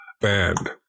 band